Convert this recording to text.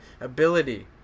ability